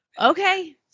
okay